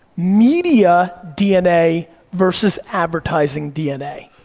media dna versus advertising dna.